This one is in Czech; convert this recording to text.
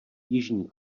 jižní